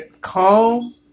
calm